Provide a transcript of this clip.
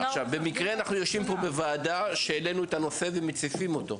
במקרה אנחנו יושבים בוועדה בה הנושא הזה עולה ואנחנו מציפים אותו.